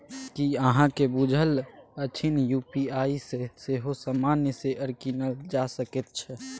की अहाँक बुझल अछि यू.पी.आई सँ सेहो सामान्य शेयर कीनल जा सकैत छै?